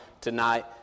tonight